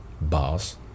boss